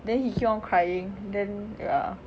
then he keep on crying then err